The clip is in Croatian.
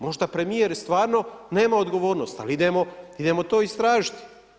Možda premijer stvarno nema odgovornost, ali idemo to istražiti.